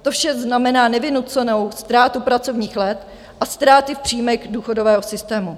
To vše znamená nevynucenou ztrátu pracovních let a ztráty v příjmech důchodového systému.